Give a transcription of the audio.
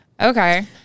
Okay